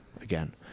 again